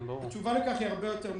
התשובה לכך היא הרבה יותר מורכבת.